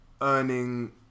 earning